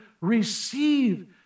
receive